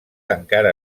encara